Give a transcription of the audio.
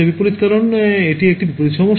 বিপরীত কারণ এটি একটি বিপরীত সমস্যা